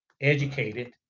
educated